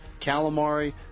calamari